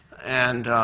and